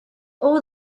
all